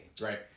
right